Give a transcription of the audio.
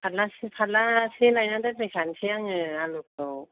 फारलासे फारलासे लायनानै दोनफैखासै आङो आलुखौ